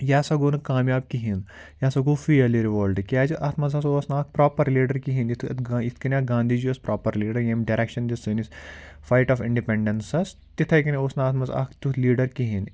یہِ ہَسا گوٚو نہٕ کامیاب کِہیٖنۍ یہِ ہَسا گوٚو فیل یہِ رِوولٹ کیازِ اَتھ منٛز ہَسا اوس نہٕ اَکھ پرٛاپَر لیٖڈَر کِہیٖنۍ یِتھ یِتھ کٔنۍ اَکھ گاندھی جی اوس پرٛاپَر لیٖڈَر ییٚمۍ ڈٮ۪رٮ۪کشَن دِژ سٲنِس فایِٹ آف اِنڈِپٮ۪نٛڈسَس تِتھَے کٔنۍ اوس نہٕ اَتھ منٛز اَکھ تیُتھ لیٖڈر کِہیٖنۍ